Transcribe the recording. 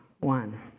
one